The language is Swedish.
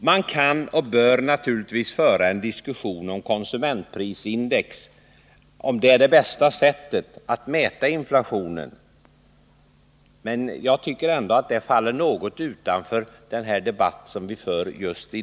Man kan och bör naturligtvis föra en diskussion om huruvida konsumentprisindex är det bästa sättet att mäta inflationen, men det tycker jag nog faller utanför den här debatten.